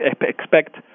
expect